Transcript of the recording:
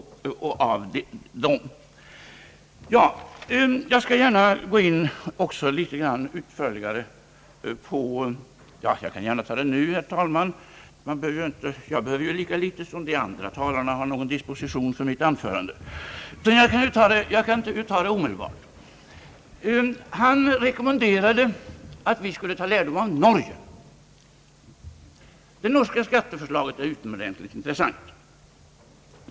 Jag skall också gärna litet utförligare gå in på en annan fråga. Jag kan ju lika väl ta upp den nu, herr talman. Jag hehöver lika litet som de andra talarna ha någon disposition av mitt anförande. Han rekommenderade att vi skulle ta lärdom av Norge. Det norska skatteförslaget är utomordentligt intressant.